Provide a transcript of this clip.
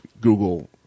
Google